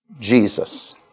Jesus